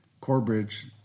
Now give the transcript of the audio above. Corbridge